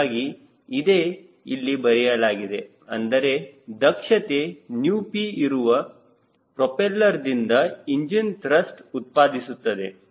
ಹೀಗಾಗಿ ಇದೆ ಇಲ್ಲಿ ಬರೆಯಲಾಗಿದೆ ಅಂದರೆ ದಕ್ಷತೆ ηp ಇರುವ ಪ್ರೊಪೆಲ್ಲರ್ದಿಂದ ಇಂಜಿನ್ ತ್ರಸ್ಟ್ ಉತ್ಪಾದಿಸುತ್ತದೆ